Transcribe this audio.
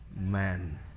Man